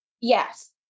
yes